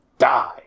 Die